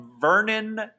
Vernon